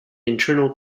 internal